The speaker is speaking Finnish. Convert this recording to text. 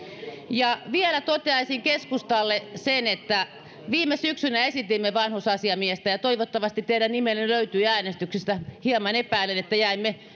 ja vielä toteaisin keskustalle sen että viime syksynä esitimme vanhusasiamiestä ja ja toivottavasti teidän nimenne löytyi äänestyksestä hieman epäilen että jäimme